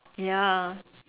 ya